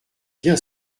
bien